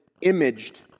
imaged